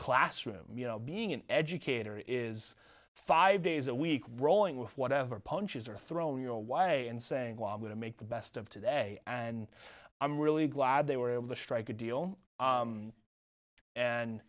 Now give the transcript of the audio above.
classroom you know being an educator is five days a week rolling with whatever punches are thrown your way and saying wow i'm going to make the best of today and i'm really glad they were able to strike a deal